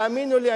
תאמינו לי,